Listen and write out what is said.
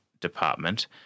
department